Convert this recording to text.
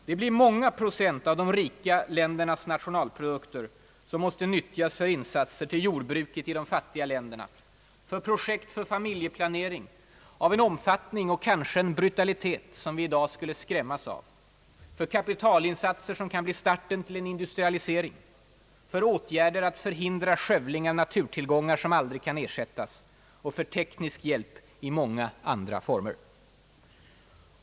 Det blir många procent av de rika ländernas nationalprodukter som måste nyttjas för insatser till jordbruket i de fattiga länderna, för projekt för familjeplanering av en omfattning och kanske en brutalitet som vi i dag skulle skrämmas av, för kapitalinsatser som kan bli starten till en industrialisering, för åtgärder att förhindra skövling av naturtillgångar som aldrig kan ersättas och för teknisk hjälp i många andra former.